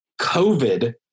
COVID